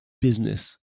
business